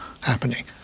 happening